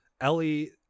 Ellie